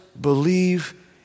believe